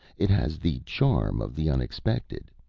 it has the charm of the unexpected.